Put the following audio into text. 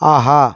ஆஹா